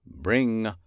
bring